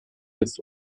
jetzt